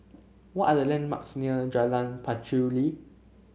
what are the landmarks near Jalan Pacheli